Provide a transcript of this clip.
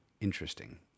interesting